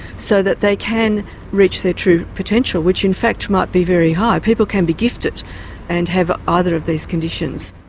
so that they can reach their true potential which in fact might be very high. people can be gifted and have either of these conditions.